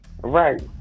right